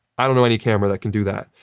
i don't know any camera that can do that.